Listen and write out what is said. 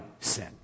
sin